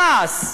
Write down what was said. תע"ש,